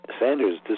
Sanders